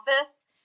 office